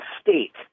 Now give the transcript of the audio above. state